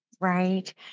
right